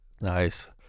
nice